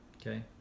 okay